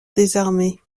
désarmé